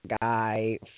guy